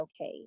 okay